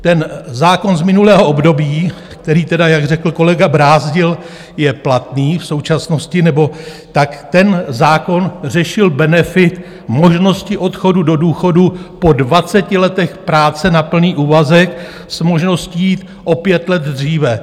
Ten zákon z minulého období, který tedy, jak řekl kolega Brázdil, je platný v současnosti, ten zákon řešil benefit možnosti odchodu do důchodu po 20 letech práce na plný úvazek s možností jít o 5 let dříve.